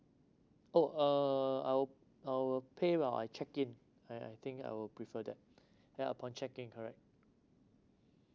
oh uh I will I will pay when I check in eh I think I would prefer that yeah upon check in correct